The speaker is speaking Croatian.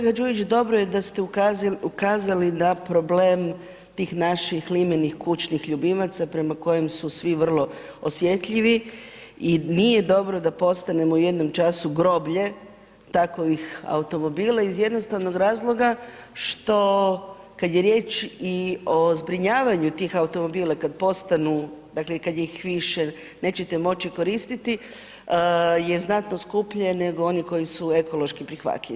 Kolega Đujić, dobro je da ste ukazali na problem tih naših limenih kućnih ljubimaca prema kojem su svi vrlo osjetljivi i nije dobro da postanemo u jednom času groblje takovih automobila iz jednostavnog razloga što kada je riječ i o zbrinjavanju tih automobila kada postanu, dakle kada ih više nećete moći koristiti je znatno skuplje nego oni koji su ekološki prihvatljivi.